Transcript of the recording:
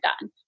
done